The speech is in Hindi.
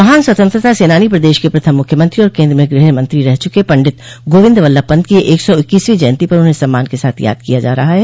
महान स्वतंत्रता सेनानी प्रदेश के प्रथम मुख्यमंत्री और केन्द्र में गृह मंत्री रह चुके पंडित गोविन्द वल्लभ पंत की एक सौ इक्कीसवीं जयन्ती पर उन्हें सम्मान के साथ याद किया जा रहा है